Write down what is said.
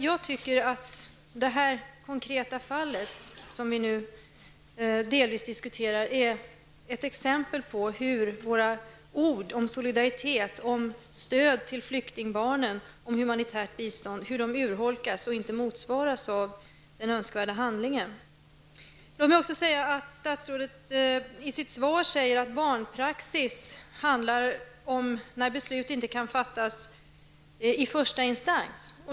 Jag tycker att det här konkreta fallet, som vi nu delvis diskuterar, är ett exempel på hur våra ord om solidaritet, om stöd till flyktingbarn, om humanitärt bistånd urholkas och inte motsvaras av den önskvärda handlingen. Låt mig också säga att statsrådet i sitt svar påpekar att barnpraxisen tillämpas när beslut inte har fattats i första instans.